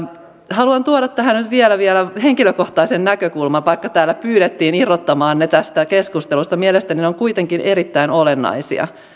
haluan tuoda tähän nyt vielä henkilökohtaisen näkökulman vaikka täällä pyydettiin irrottamaan ne tästä keskustelusta mielestäni ne ovat kuitenkin erittäin olennaisia